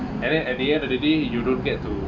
and then at the end of the day you don't get to